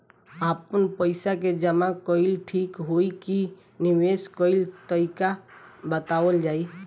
आपन पइसा के जमा कइल ठीक होई की निवेस कइल तइका बतावल जाई?